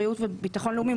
בריאות וביטחון לאומי,